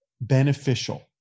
beneficial